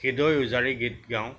হৃদয় উজাৰি গীত গাওঁ